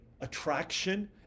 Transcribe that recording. attraction